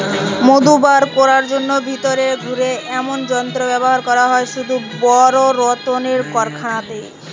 মধু বার কোরার জন্যে ভিতরে ঘুরে এমনি যন্ত্র ব্যাভার করা হয় শুধু বড় রক্মের কারখানাতে